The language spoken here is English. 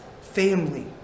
family